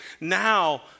now